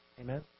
Amen